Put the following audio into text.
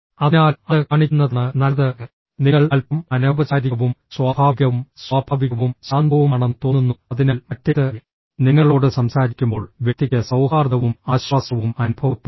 അതിനാൽ അത് കാണിക്കുന്നതാണ് നല്ലത് നിങ്ങൾ അൽപ്പം അനൌപചാരികവും സ്വാഭാവികവും സ്വാഭാവികവും ശാന്തവുമാണെന്ന് തോന്നുന്നു അതിനാൽ മറ്റേത് നിങ്ങളോട് സംസാരിക്കുമ്പോൾ വ്യക്തിക്ക് സൌഹാർദ്ദവും ആശ്വാസവും അനുഭവപ്പെടുന്നു